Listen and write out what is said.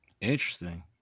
Interesting